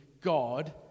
God